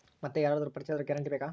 ಮತ್ತೆ ಯಾರಾದರೂ ಪರಿಚಯದವರ ಗ್ಯಾರಂಟಿ ಬೇಕಾ?